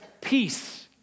peace